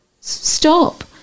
stop